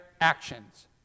actions